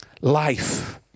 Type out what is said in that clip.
life